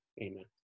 amen